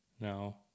No